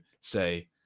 say